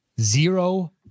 zero